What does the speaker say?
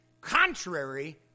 contrary